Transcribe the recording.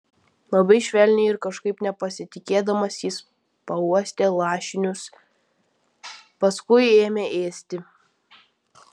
labai švelniai ir kažkaip nepasitikėdamas jis pauostė lašinius paskui ėmė ėsti